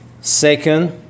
Second